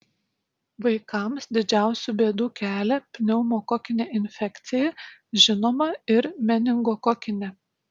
vaikams didžiausių bėdų kelia pneumokokinė infekcija žinoma ir meningokokinė